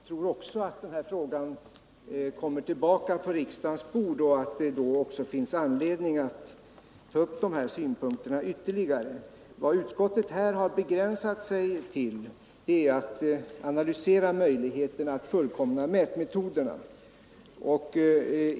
Herr talman! Jag tror också att denna fråga kommer tillbaka till riksdagens bord och att det då finns anledning att ta upp de ytterligare synpunkter som motionärerna anfört. Vad utskottet här begränsat sig till är att analysera möjligheten att fullkomna mätmetoderna.